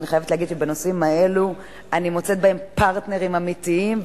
אני חייבת להגיד שבנושאים האלה אני מוצאת בהם פרטנרים אמיתיים,